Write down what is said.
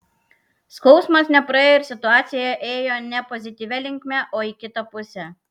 skausmas nepraėjo ir situacija ėjo ne pozityvia linkme o į kitą pusę